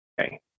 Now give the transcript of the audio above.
okay